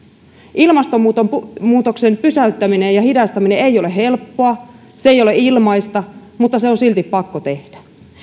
ilmastonmuutoksen pysäyttäminen ja hidastaminen ei ole helppoa eikä ilmaista mutta se on silti pakko tehdä